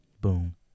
Boom